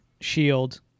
shield